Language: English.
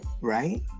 Right